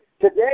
today